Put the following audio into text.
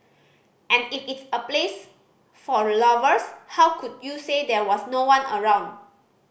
and if it's a place for lovers how could you say there was no one around